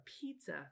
pizza